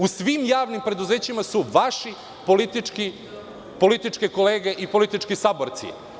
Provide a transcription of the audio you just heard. U svim javnim preduzećima su vaše političke kolege i politički saborci.